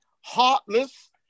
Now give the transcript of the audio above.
heartless